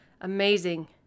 amazing